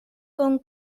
con